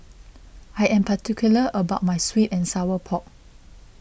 I am particular about my Sweet and Sour Pork